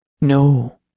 No